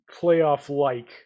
playoff-like